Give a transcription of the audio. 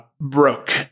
broke